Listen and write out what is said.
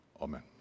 amen